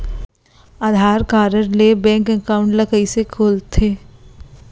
आधार card ले bank account ल कइसे खोलथे?